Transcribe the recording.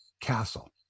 Castle